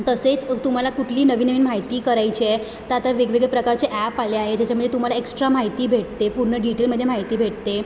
तसेच तुम्हाला कुठली नवीन नवीन माहिती करायची आहे तर आता वेगवेगळ्या प्रकारचे ॲप आले आहे ज्याच्यामध्ये तुम्हाला एक्स्ट्रा माहिती भेटते पूर्ण डिटेलमध्ये माहिती भेटते